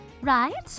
right